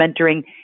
mentoring